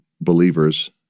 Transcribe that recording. believers